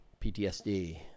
PTSD